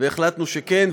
והחלטנו שכן,